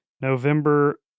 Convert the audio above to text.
November